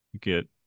get